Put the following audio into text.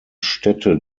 städte